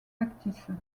factices